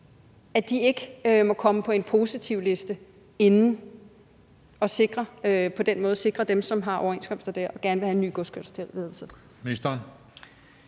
at de ikke må komme på en positivliste inden da og på den måde sikre dem, som har overenskomster der, og som gerne vil have en ny godskørselstilladelse?